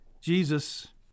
Jesus